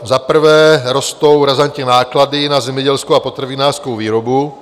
Za prvé rostou razantně náklady na zemědělskou a potravinářskou výrobu.